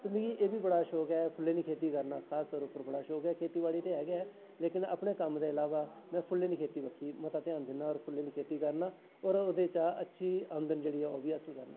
ते मिगी इब्भी बड़ा शौक ऐ फुल्लें दी खेती करना खासतौर उप्पर बड़ा शौक ऐ खेतीबाड़ी ते ऐ गै ऐ लेकिन अपने कम्म दे अलावा में फुल्लें दी खेती बक्खी मता ध्यान दिन्ना और फुल्लें दी खेती करना और ओह्दे चा अच्छी आमदन जेह्ड़ी ऐ ओह् बी हासल करनां